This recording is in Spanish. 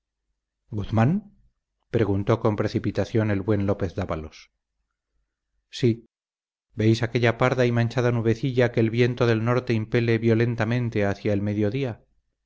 guzmán preguntó con precipitación el buen lópez dávalos sí veis aquella parda y manchada nubecilla que el viento del norte impele violentamente hacia el mediodía